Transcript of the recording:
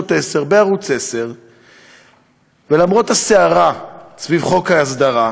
10 בערוץ 10. למרות הסערה סביב חוק ההסדרה,